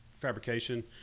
fabrication